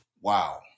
wow